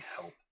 help